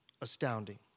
astounding